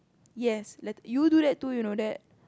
yes let~ you do that too you know that